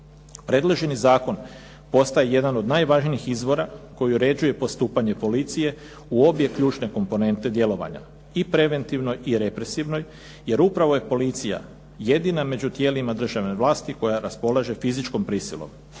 Predloženi zakon postaje jedan od najvažnijih izvora koji uređuje postupanje policije u obje ključne komponente djelovanja, i preventivnoj i represivnoj jer upravo je policija jedina među tijelima državne vlasti koja raspolaže fizičkom prisilom